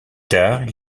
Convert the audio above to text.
tard